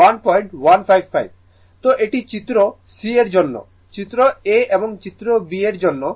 তো এটি চিত্র c এর জন্য চিত্র a এবং চিত্র b এর জন্যও